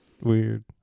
Weird